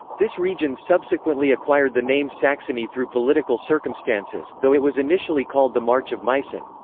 this region subsequently acquired the name saxony through political circumstances, though it was initially called the march of meissen.